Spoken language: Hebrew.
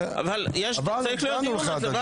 אבל צריך להיות דיון על זה.